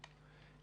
נטו.